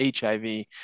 HIV